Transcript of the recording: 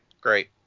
great